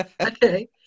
Okay